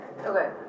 Okay